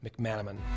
McManaman